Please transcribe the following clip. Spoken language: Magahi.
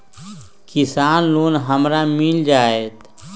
किसान लोन हमरा मिल जायत?